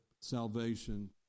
salvation